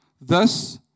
Thus